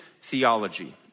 theology